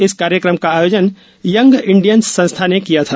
इस कार्यक्रम का आयोजन यंग इंडियंस संस्था ने किया था